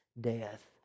death